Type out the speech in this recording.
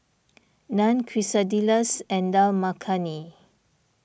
Naan Quesadillas and Dal Makhani